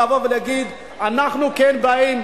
להגיד: אנחנו כן באים,